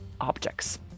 objects